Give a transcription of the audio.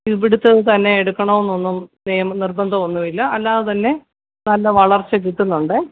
ഇവിടുത്തേത് തന്നെ എടുക്കണമെന്നൊന്നും നിർബന്ധമൊന്നുമില്ല അല്ലാതെതന്നെ നല്ല വളർച്ച കിട്ടുന്നുണ്ട്